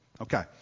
Okay